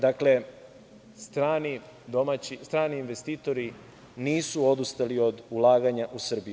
Dakle, strani investitori nisu odustali od ulaganja u Srbiju.